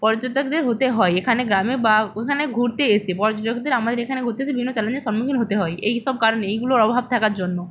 পর্যটকদের হতে হয় এখানে গ্রামে বা এখানে ঘুরতে এসে পর্যটকদের আমাদের এখানে ঘুরতে এসে বিভিন্ন চ্যালেঞ্জের সম্মুখীন হতে হয় এইসব কারণে এইগুলোর অভাব থাকার জন্য